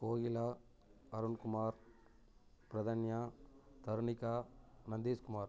Kokila Arunkumar Pradhanya Tarunika Nandeshkumar